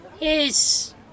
Yes